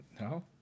No